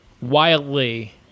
wildly